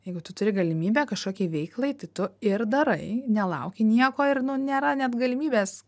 jeigu tu turi galimybę kažkokiai veiklai tai tu ir darai nelauki nieko ir nu nėra net galimybės